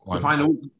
final